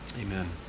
amen